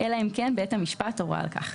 אלא אם כן בית המשפט הורה על כך.